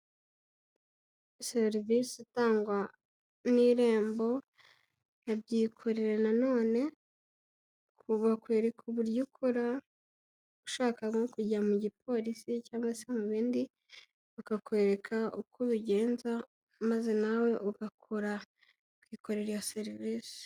Serivisi itangwa n'irembo, ya byikorera nanone, bakwereka uburyo ukora, ushaka nko kujya mu gipolisi cyangwa se mu bindi bakakwereka uko ubigenza, maze nawe ukikorera iyo serivisi.